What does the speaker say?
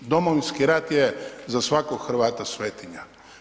Domovinski rat je za svakog Hrvata svetinja.